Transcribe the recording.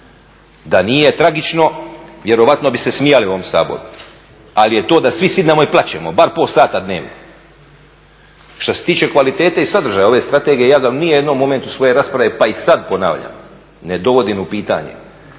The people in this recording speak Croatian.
Da nije tragično vjerojatno bi se smijali u ovom Saboru, ali je to da svi sjednemo i plačemo, bar pola sata dnevno. Što se tiče kvalitete i sadržaja ove strategije ja ni u jednom momentu svoje rasprave pa i sad ponavljam ne dovodim u pitanje